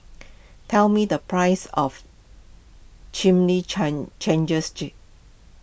tell me the price of